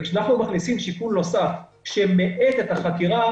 כשאנחנו מכניסים שיקול נוסף שמאט את החקירה